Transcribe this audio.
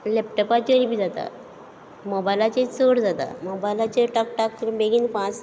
लॅपटोपाचेर बी जाता मोबायलाचेर चड जाता मोबायलाचेर टाक टाक करून बेगीन फास्ट